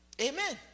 Amen